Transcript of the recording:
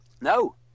No